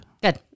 Good